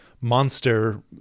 monster